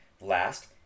Last